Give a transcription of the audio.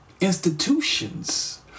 institutions